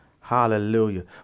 Hallelujah